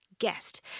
guest